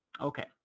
Okay